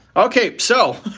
okay. so